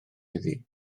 iddi